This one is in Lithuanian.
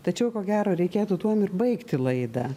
tačiau ko gero reikėtų tuom ir baigti laidą